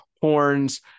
horns